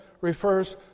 refers